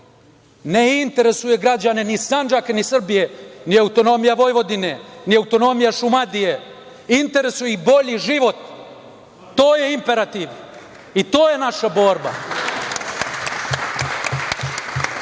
Ne interesuje građane ni Sandžaka, ni Srbije ni autonomija Vojvodine, ni autonomija Šumadije, interesuje ih bolji život. To je imperativ i to je naša